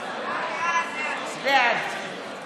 בעד ווליד טאהא, אינו נוכח